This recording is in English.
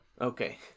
Okay